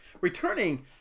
Returning